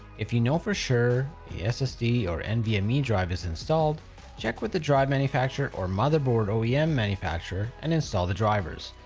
if you know for sure the ssd or nvme i mean drive is installed check with the drive manufacturer or motherboard yeah oem manufacturer and install the drivers,